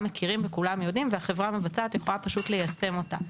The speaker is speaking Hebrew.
מכירים וכולם יודעים והחברה המבצעת יכולה פשוט ליישם אותה.